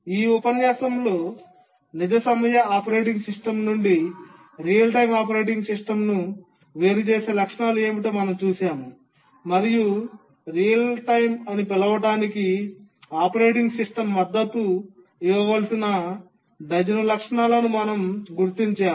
ఈ ఉపన్యాసంలో non real time operating system నుండి రియల్ టైమ్ ఆపరేటింగ్ సిస్టమ్ను వేరుచేసే లక్షణాలు ఏమిటో మనం చూశాము మరియు రియల్ టైమ్ అని పిలవడానికి ఆపరేటింగ్ సిస్టమ్ మద్దతు ఇవ్వవలసిన డజను లక్షణాలను మనం గుర్తించాము